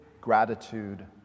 gratitude